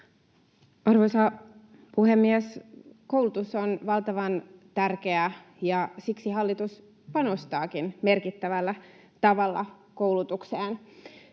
Arvoisa puhemies! Koulutus on valtavan tärkeää, ja siksi hallitus panostaakin merkittävällä tavalla koulutukseen,